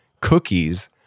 cookies